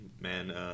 man